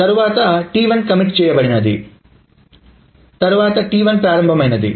commit T0 T1 commit చేయబడింది ప్రారంభంT1 T1 ప్రారంభమైంది